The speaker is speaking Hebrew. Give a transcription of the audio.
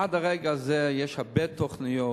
עד הרגע הזה יש הרבה תוכניות,